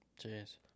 Jeez